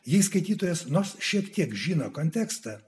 jei skaitytojas nors šiek tiek žino kontekstą